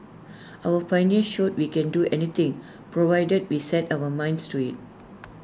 our pioneers showed we can do anything provided we set our minds to IT